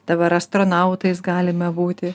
dabar astronautais galime būti